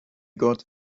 gott